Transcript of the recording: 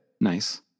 Nice